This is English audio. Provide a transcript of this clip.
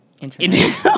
internet